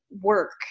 work